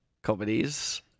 comedies